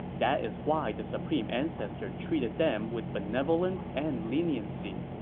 that is why the supreme ancestor treated them with benevolence and leniency.